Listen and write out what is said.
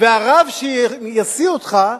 והרב שישיא אותך,